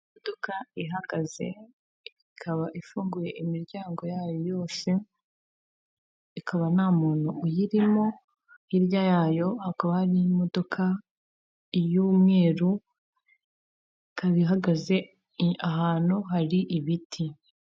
Imodoka ihagaze ikaba ifunguye imiryango yayo yose, ikaba nta muntu uyirimo, hirya yayo hakaba hari imodoka y'umweru, ikaba ihagaze ahantu hari ibiti.